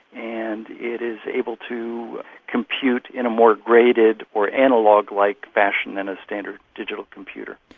and it is able to compute in a more graded or analogue-like fashion than a standard digital computer.